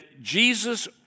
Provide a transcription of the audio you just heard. Jesus